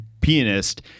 pianist